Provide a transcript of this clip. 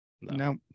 No